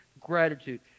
gratitude